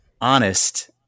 honest